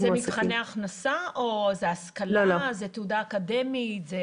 מבחני הכנסה, השכלה או תעודה אקדמית?